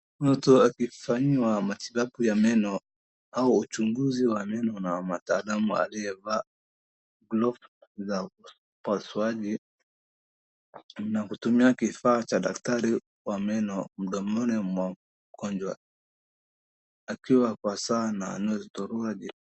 Mtu akifanyiwa matibabu ya meno au uchunguzi wa meno na mtaalamu aliyevaa gloves za upasuaji na kutumia kifaa cha daktari wa meno mdomoni mwa mgonjwa akiwa kwa saa na anatolewa jino.